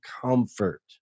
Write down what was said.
comfort